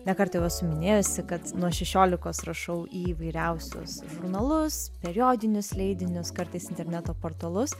nekart jau esu minėjusi kad nuo šešiolikos rašau į įvairiausius žurnalus periodinius leidinius kartais interneto portalus